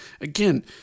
Again